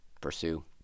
pursue